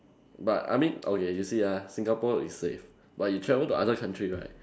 but I mean okay you see ah Singapore is safe but you travel to other country right